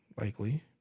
Likely